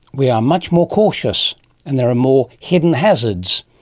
we are much more cautious and there are more hidden hazards.